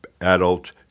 adult